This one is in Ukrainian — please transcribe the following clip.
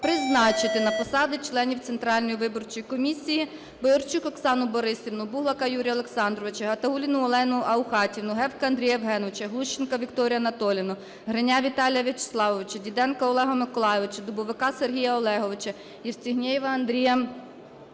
призначити на посади членів Центральної виборчої комісії: Боярчук Оксану Борисівну, Буглака Юрія Олександровича, Гатаулліну Олену Аухатівну, Гевка Андрія Євгеновича, Глущенко Вікторію Анатоліївну, Греня Віталія Вячеславовича, Діденка Олега Миколайовича, Дубовика Сергія Олеговича, Євстігнєєва Андрія Сергійовича,